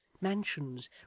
mansions